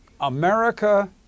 America